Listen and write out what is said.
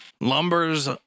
lumbers